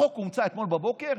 החוק הומצא אתמול בבוקר?